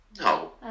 No